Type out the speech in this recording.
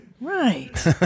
Right